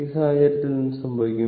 ആ സാഹചര്യത്തിൽ എന്ത് സംഭവിക്കും